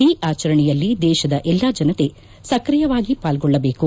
ಈ ಆಚರಣೆಯಲ್ಲಿ ದೇಶದ ಎಲ್ಲಾ ಜನತೆ ಸಕ್ರಿಯವಾಗಿ ಪಾಲ್ಗೊಳ್ಳಬೇಕು